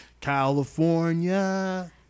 California